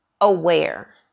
aware